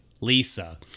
Lisa